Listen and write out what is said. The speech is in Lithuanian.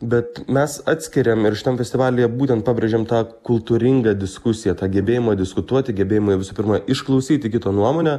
bet mes atskiriam ir šitam festivalyje būtent pabrėžiam tą kultūringą diskusiją tą gebėjimą diskutuoti gebėjimą visų pirma išklausyti kito nuomonę